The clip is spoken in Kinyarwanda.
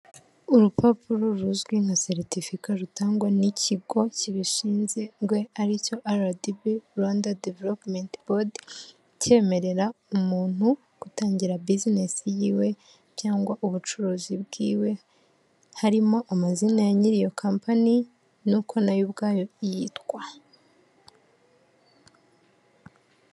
Urupapuro ruzwi nka certifica rutangwa n'ikigo kibishinzwe aricyo RAB (Rwanda Development Board) cyemerera umuntu gutangira business yiwe cyangwa ubucuruzi bwiwe, harimo amazina ya nyirri iyo company n'uko nayo ubwayo yitwa.